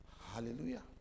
Hallelujah